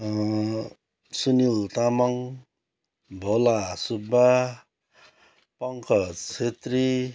Sunil Tamang Bhola Subba Pankaj Chhetri